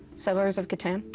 settlers of catan.